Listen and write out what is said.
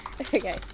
Okay